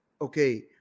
okay